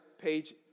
page